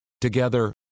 Together